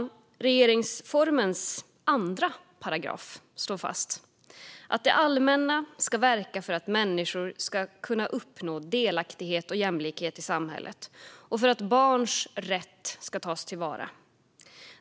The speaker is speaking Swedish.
I regeringsformens 2 § slås fast att det allmänna ska verka för att människor ska kunna uppnå delaktighet och jämlikhet i samhället och för att barns rätt ska tas till vara.